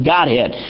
Godhead